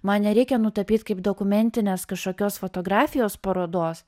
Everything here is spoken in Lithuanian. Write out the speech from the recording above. man nereikia nutapyt kaip dokumentinės kažkokios fotografijos parodos